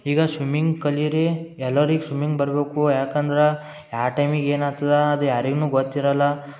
ಈಗ ಸ್ವಿಮ್ಮಿಂಗ್ ಕಲಿರಿ ಎಲ್ಲರಿಗೆ ಸ್ವಿಮ್ಮಿಂಗ್ ಬರಬೇಕು ಯಾಕಂದ್ರೆ ಯಾವ ಟೈಮಿಗೆ ಏನು ಆತದಾ ಅದು ಯಾರಿಗುನು ಗೊತ್ತಿರಲ್ಲ